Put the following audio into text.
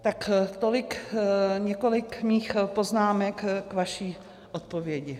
Tak tolik několik mých poznámek k vaší odpovědi.